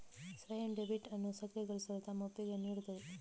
ಸ್ವಯಂ ಡೆಬಿಟ್ ಅನ್ನು ಸಕ್ರಿಯಗೊಳಿಸಲು ತಮ್ಮ ಒಪ್ಪಿಗೆಯನ್ನು ನೀಡುತ್ತದೆ